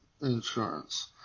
insurance